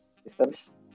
systems